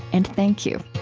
and thank you